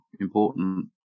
important